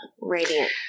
radiant